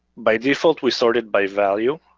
by default we sorted by value,